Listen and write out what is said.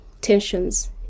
tensions